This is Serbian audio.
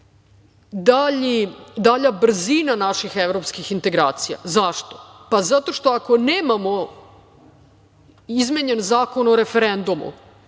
dalja brzina naših evropskih integracija. Zašto? Zato što ako nemamo izmenjen Zakon o referendumu